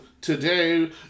today